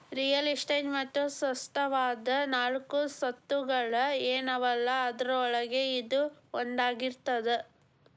real estate ಮತ್ತ ಸ್ಪಷ್ಟವಾದ ನಾಲ್ಕು ಸ್ವತ್ತುಗಳ ಏನವಲಾ ಅದ್ರೊಳಗ ಇದೂ ಒಂದಾಗಿರ್ತದ